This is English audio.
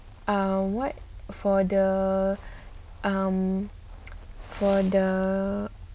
what for the um for the